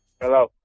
Hello